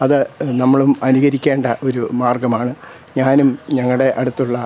അത് നമ്മളും അനുകരിക്കേണ്ട ഒരു മാർഗമാണ് ഞാനും ഞങ്ങളുടെ അടുത്തുള്ള